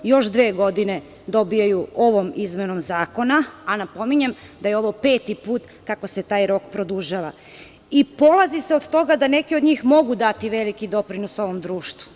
Još dve godine dobijaju ovom izmenom zakona, a napominjem da je ovo peti put kako se taj rok produžava i polazi se od toga da neki od njih mogu dati veliki doprinos ovom društvu.